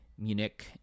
Munich